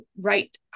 right